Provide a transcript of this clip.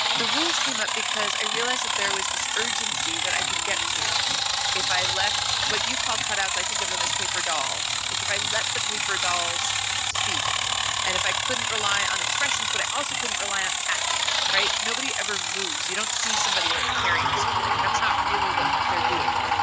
the rules came up because i realized that there was this urgency that i could get to if i left what you call cut outs. i think of them as paper dolls, like if i let the paper dolls speak and if i couldn't rely on expressions, but i also couldn't relent action. right. nobody ever moves. you don't see somebody like carrying something that's not really what they're doing.